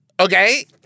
okay